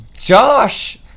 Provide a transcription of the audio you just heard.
Josh